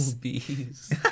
Bees